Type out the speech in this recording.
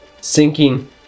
sinking